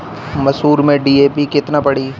मसूर में डी.ए.पी केतना पड़ी?